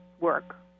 work